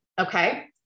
okay